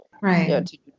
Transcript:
right